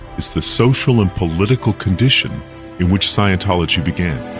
is the social and political condition in which scientology began.